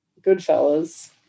Goodfellas